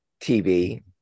TV